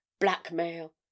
Blackmail